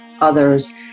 others